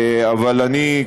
אבל אני,